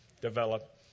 develop